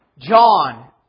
John